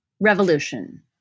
Revolution